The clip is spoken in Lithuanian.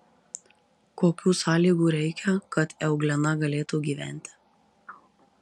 kokių sąlygų reikia kad euglena galėtų gyventi